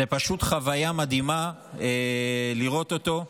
זו פשוט חוויה מדהימה לראות אותו,